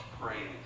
praying